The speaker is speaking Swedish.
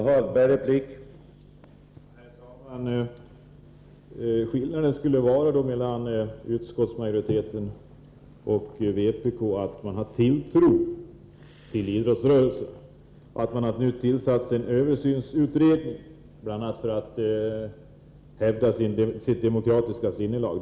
Herr talman! Skillnaden mellan utskottsmajoriteten och vpk skulle alltså vara att utskottsmajoriteten hyser tilltro till idrottsrörelsen och välkomnar den översynsutredning som denna nu tillsatt bl.a. för att hävda sitt demokratiska sinnelag.